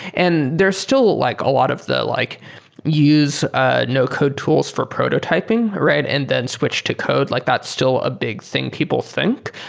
and there're still like a lot of the like use ah no code tools for prototyping and then switch to code. like that's still a big thing people think.